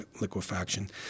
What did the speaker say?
liquefaction